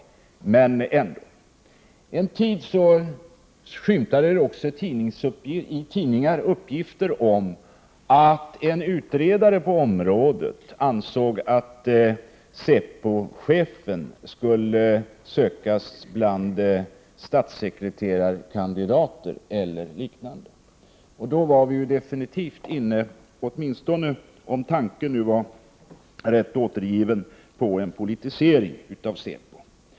24 maj 1989 En tid skymtade också i tidningar uppgifter om att en utredare på området ansåg att säpochefen skulle sökas bland statssekreterarkandidater eller likställda. Då var man definitivt — åtminstone om tanken var rätt återgiven — inne på en politisering av säpo.